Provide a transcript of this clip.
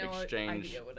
exchange